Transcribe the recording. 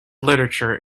literature